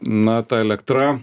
na ta elektra